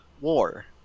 war